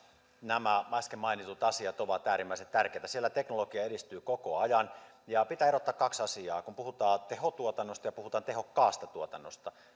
nämä äsken mainitut asiat ovat äärimmäisen tärkeitä siellä teknologia edistyy koko ajan ja pitää erottaa kaksi asiaa puhutaan tehotuotannosta ja puhutaan tehokkaasta tuotannosta